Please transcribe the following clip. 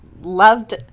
loved